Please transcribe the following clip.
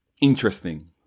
interesting